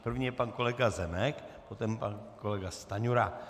První je pan kolega Zemek, potom pan kolega Stanjura.